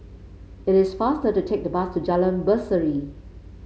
it is faster to take the bus to Jalan Berseri